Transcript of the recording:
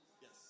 Yes